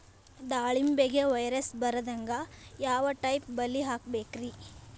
ದಾಳಿಂಬೆಗೆ ವೈರಸ್ ಬರದಂಗ ಯಾವ್ ಟೈಪ್ ಬಲಿ ಹಾಕಬೇಕ್ರಿ?